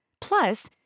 Plus